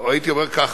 או הייתי אומר כך: